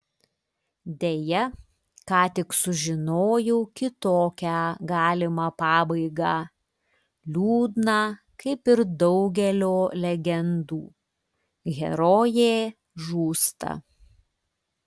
deja ką tik sužinojau kitokią galimą pabaigą liūdną kaip ir daugelio legendų herojė žūsta